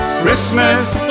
Christmas